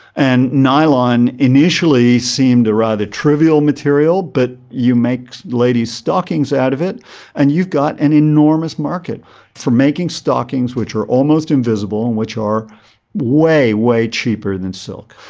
and nylon initially seemed a rather trivial material, but you make ladies stockings out of it and you've got an enormous market for making stockings which were almost invisible and which are way, way cheaper than silk.